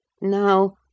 Now